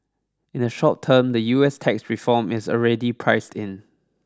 in the short term the U S tax reform is already priced in